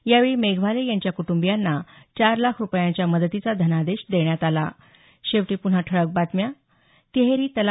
यावेळी मेघवाले यांच्या कुटुंबियांना चार लाख रूपयांच्या मदतीचा धनादेश देण्यात आला